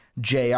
JR